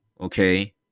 okay